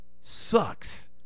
sucks